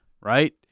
Right